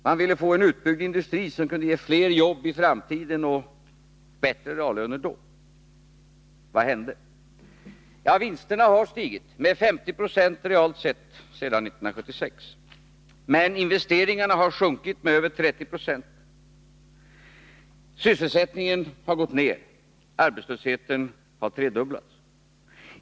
Man ville få en utbyggnad av industrin, som i framtiden kunde ge fler jobb och bättre reallöner. Vad hände? Jo, vinsterna har realt stigit med 50 20 sedan 1976, men investeringarna har sjunkit med över 30 96. Sysselsättningen har gått ned, arbetslösheten har tredubblats.